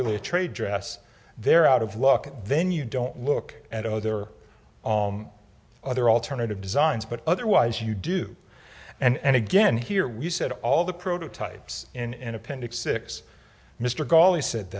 really a trade dress they're out of luck then you don't look at other other alternative designs but otherwise you do and again here we said all the prototypes in an appendix six mr gauley said